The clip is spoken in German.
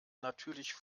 natürlich